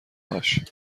هاش